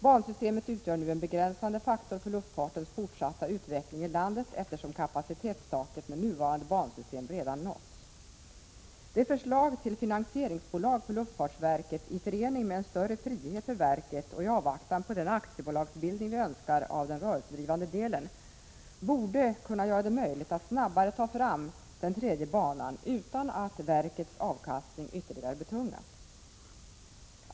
Bansystemet utgör nu en begränsande faktor för luftfartens fortsatta utveckling i landet, eftersom kapacitetstaket med nuvarande bansystem redan nåtts. Det förslag till finansieringsbolag för luftfartsverket som vi lagt fram, i förening med en större frihet för verket och i avvaktan på den aktiebolagsbildning av den rörelsedrivande delen som vi önskar, borde kunna göra det möjligt att snabbare ta fram den tredje banan utan att verkets avkastning ytterligare betungas.